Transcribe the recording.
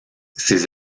ses